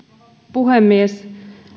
puhemies